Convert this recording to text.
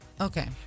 Okay